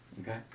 Okay